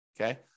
Okay